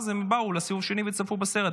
אז הם באו לסיבוב שני וצפו בסרט.